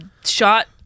shot